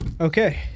okay